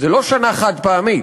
וזו לא שנה חד-פעמית,